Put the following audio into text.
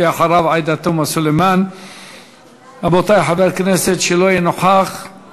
אחרי דבריה של חברת הכנסת מרב מיכאלי